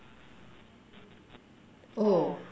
oh